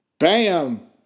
Bam